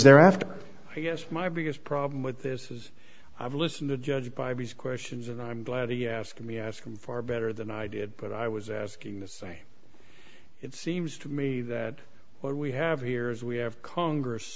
thereafter i guess my biggest problem with this is i've listened to judge by questions and i'm glad he asked me ask him far better than i did but i was asking the same it seems to me that what we have here is we have congress